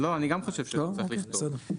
חושב שלא צריך לכתוב.